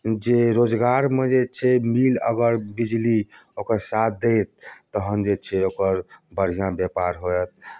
जे रोजगारमे जे छै मील अगर बिजली ओकर साथ दय तखन जे छै ओकर बढ़िआँ व्यापार होयत